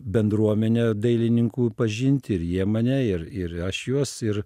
bendruomenę dailininkų pažinti ir jie mane ir ir aš juos ir